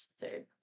Third